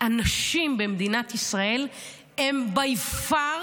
הנשים במדינת ישראל הן by far,